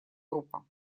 группа